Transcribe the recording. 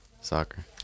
Soccer